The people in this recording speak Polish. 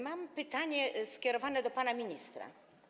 Mam pytanie skierowane do pana ministra.